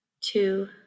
two